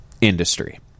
industry